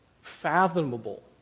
fathomable